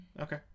okay